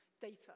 data